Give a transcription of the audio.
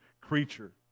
creature